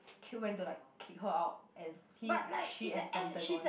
Cube went to like kick her out and he she and Pentagon